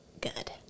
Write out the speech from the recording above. good